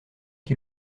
qui